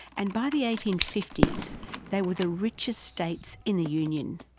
and by the eighteen fifty s they were the richest states in the union.